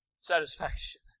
satisfaction